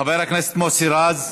חבר הכנסת מוסי רז,